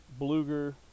Bluger